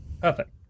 Perfect